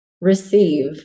receive